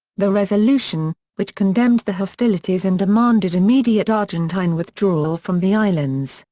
the resolution, which condemned the hostilities and demanded immediate argentine withdrawal from the islands,